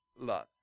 love